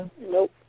Nope